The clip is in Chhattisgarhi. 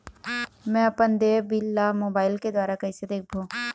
मैं अपन देय बिल ला मोबाइल के द्वारा कइसे देखबों?